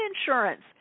insurance